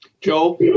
Joe